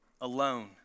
alone